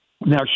now